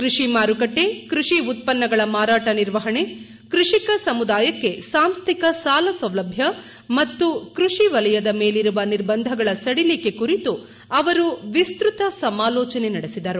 ಕೃಷಿ ಮಾರುಕಟ್ಟೆ ಕೃಷಿ ಉತ್ಪನ್ನಗಳ ಮಾರಾಟ ನಿರ್ವಹಣೆ ಕೃಷಿಕ ಸಮುದಾಯಕ್ಕೆ ಸಾಂಸ್ದಿಕ ಸಾಲ ಸೌಲಭ್ಯ ಮತ್ತು ಕೃಷಿ ವಲಯದ ಮೇಲಿರುವ ನಿರ್ಬಂಧಗಳ ಸದಿಲಿಕೆ ಕುರಿತು ಅವರು ವಿಸ್ತೃತ ಸಮಾಲೋಚನೆ ನಡೆಸಿದರು